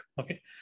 Okay